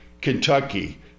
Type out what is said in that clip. Kentucky